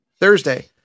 Thursday